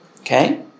Okay